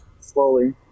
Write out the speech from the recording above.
slowly